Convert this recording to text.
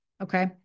Okay